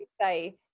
say